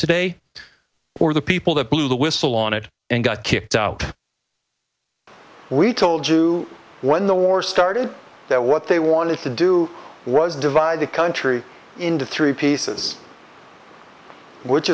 today or the people that blew the whistle on it and got kicked out we told you when the war started that what they wanted to do was divide the country into three pieces which